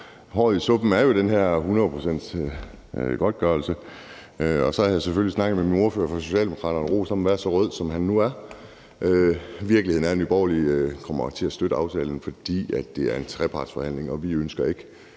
Håret i suppen er jo den her forhøjelse til 100 pct. af godtgørelsen. Og så har jeg selvfølgelig snakket med ordføreren for Socialdemokraterne – så rød, som han nu er. Virkeligheden er, at Nye Borgerlige også kommer til at støtte aftalen, fordi det er en trepartsforhandling, og vi ønsker ikke